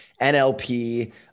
NLP